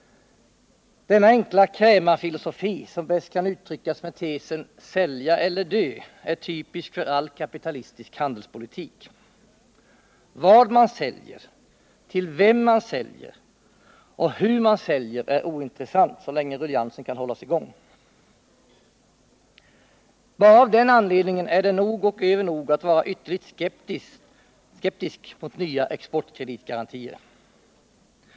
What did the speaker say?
Denna enkla krämarfilosofi, som bäst kan uttryckas med tesen ”sälja eller dö” , är typisk för all kapitalistisk handelspolitik. Vad man säljer, till vem man säljer och hur man säljer är ointressant så länge ruljangsen kan hållas i gång. Bara av den anledningen är det nog och övernog att vara ytterligt skeptisk mot nya exportkreditgarantier.